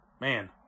man